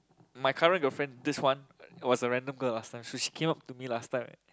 my current girlfriend this one was a random girl last time so she came up to me last time